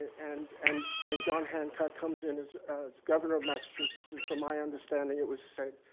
and and and john hancock comes in as governor of massachusetts. and from my understanding it was said,